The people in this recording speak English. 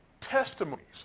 testimonies